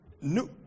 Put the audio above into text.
new